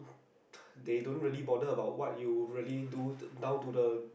they don't really bother about what you really do down to the